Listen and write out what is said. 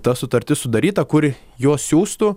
ta sutartis sudaryta kur juos siųstų